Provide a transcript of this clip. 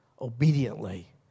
obediently